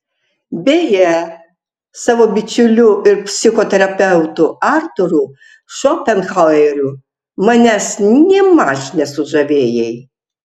beje savo bičiuliu ir psichoterapeutu artūru šopenhaueriu manęs nėmaž nesužavėjai